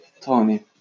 Tony